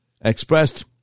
expressed